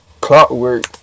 Clockwork